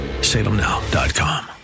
Salemnow.com